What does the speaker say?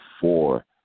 four